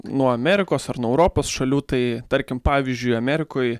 nuo amerikos ar nuo europos šalių tai tarkim pavyzdžiui amerikoj